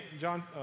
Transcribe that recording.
John